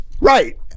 Right